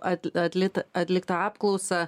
at atlit atliktą apklausą